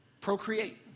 procreate